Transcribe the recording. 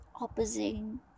opposing